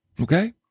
Okay